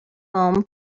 foam